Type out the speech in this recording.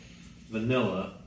vanilla